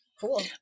Cool